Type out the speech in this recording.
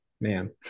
man